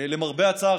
למרבה הצער,